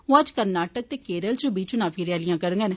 ओ अज्ज कर्नाटक ते केरल च बी च्नावी रैलिया करगंन